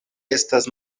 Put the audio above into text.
estas